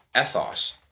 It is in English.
ethos